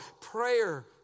Prayer